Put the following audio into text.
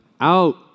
out